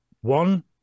one